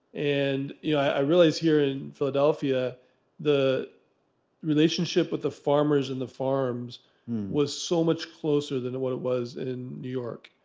and you know i realized here in philadelphia the relationship with the farmers and the farms was so much closer than what it was in new york.